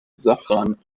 safran